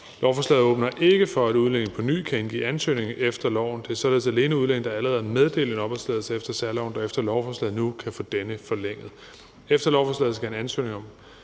Lovforslaget åbner ikke for, at udlændinge på ny kan indgive ansøgning efter loven. Det er således alene udlændinge, der allerede er meddelt opholdstilladelse efter særloven, der med lovforslaget nu kan få denne forlænget. Med lovforslaget skal en ansøgning om